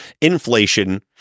Inflation